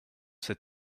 cet